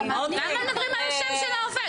למה מדברים על השם של העובד?